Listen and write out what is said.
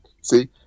see